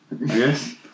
Yes